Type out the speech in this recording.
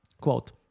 Quote